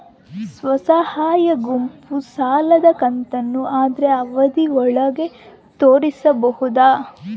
ಸ್ವಸಹಾಯ ಗುಂಪು ಸಾಲದ ಕಂತನ್ನ ಆದ್ರ ಅವಧಿ ಒಳ್ಗಡೆ ತೇರಿಸಬೋದ?